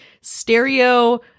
stereo